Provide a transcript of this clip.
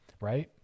right